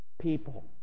People